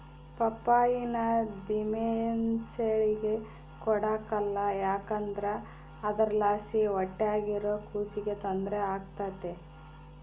ಪಪ್ಪಾಯಿನ ದಿಮೆಂಸೇಳಿಗೆ ಕೊಡಕಲ್ಲ ಯಾಕಂದ್ರ ಅದುರ್ಲಾಸಿ ಹೊಟ್ಯಾಗಿರೋ ಕೂಸಿಗೆ ತೊಂದ್ರೆ ಆಗ್ತತೆ